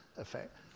effect